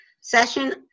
session